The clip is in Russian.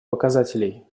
показателей